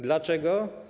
Dlaczego?